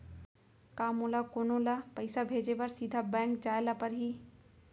का मोला कोनो ल पइसा भेजे बर सीधा बैंक जाय ला परही?